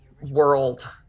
world